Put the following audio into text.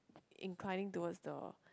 inclining towards the